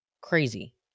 Crazy